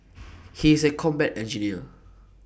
he is A combat engineer